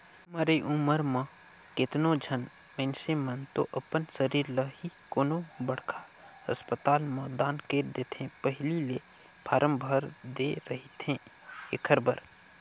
मरे उपर म केतनो झन मइनसे मन तो अपन सरीर ल ही कोनो बड़खा असपताल में दान कइर देथे पहिली ले फारम भर दे रहिथे एखर बर